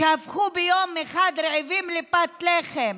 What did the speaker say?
שהפכו ביום אחד רעבים לפת לחם.